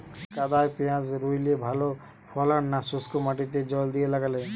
কাদায় পেঁয়াজ রুইলে ভালো ফলন না শুক্নো মাটিতে জল দিয়ে লাগালে?